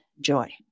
joy